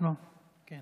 הודעה